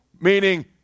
Meaning